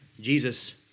Jesus